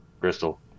Crystal